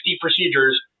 procedures